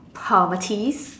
Pomaltese